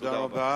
תודה רבה.